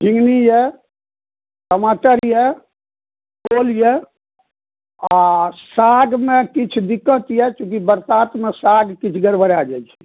झिगनी यऽ टमाटर यऽ ओल यऽ आ सागमे किछु दिक्कत यऽ चुँकि बरसातमे साग कनि गड़बड़ा जाइ छै